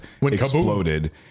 exploded